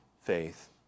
faith